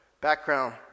background